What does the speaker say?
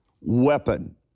weapon